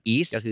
East